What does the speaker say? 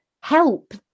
help